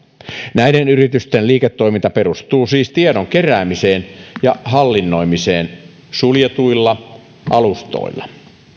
näiden yritysten liiketoiminta perustuu siis tiedon keräämiseen ja hallinnoimiseen suljetuilla alustoilla